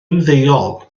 ymddeol